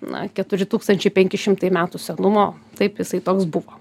na keturi tūkstančiai penki šimtai metų senumo taip jisai toks buvo